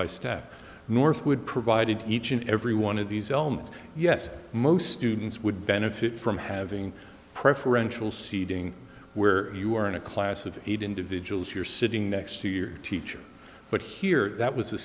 by staff northwood provided each and every one of these elements yes most students would benefit from having preferential seating where you are in a class of eight individuals you're sitting next to your teacher but here that was a